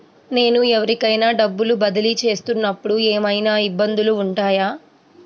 నేను ఎవరికైనా డబ్బులు బదిలీ చేస్తునపుడు ఏమయినా ఇబ్బందులు వుంటాయా?